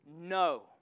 No